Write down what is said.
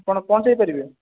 ଆପଣ ପହଞ୍ଚାଇପାରିବେ